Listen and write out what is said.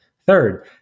Third